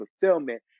fulfillment